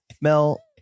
Mel